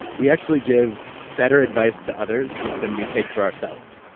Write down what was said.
we actually give better advice to others than we take for ourselves.